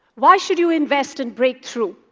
why should you invest in breakthrough?